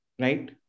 right